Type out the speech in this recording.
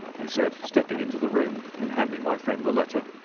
he said, stepping into the room and handing my friend the letter.